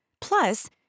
Plus